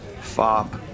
Fop